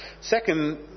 second